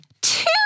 two